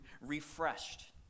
refreshed